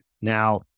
Now